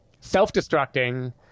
self-destructing